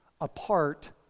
apart